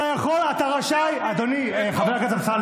אתה יכול, אתה רשאי, אני לא יודע.